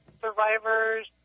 survivors